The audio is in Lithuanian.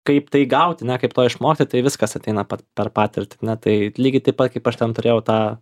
kaip tai gauti ane kaip to išmokti tai viskas ateina per patirtį ane tai lygiai taip pat kaip aš ten turėjau tą